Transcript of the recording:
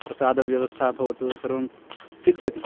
प्रसादव्यवस्था भवतु सर्वं सिद्ध्यति